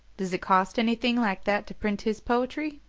does it cost anything like that to print his poetry?